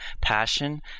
passion